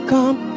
Come